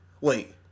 Wait